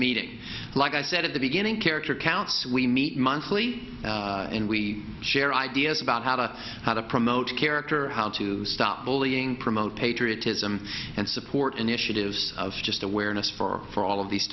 meeting like i said at the beginning character counts we meet monthly and we share ideas about how to how to promote a character how to stop bullying promote patriotism and support initiatives of just awareness for all of these